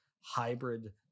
hybrid